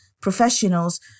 professionals